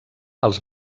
els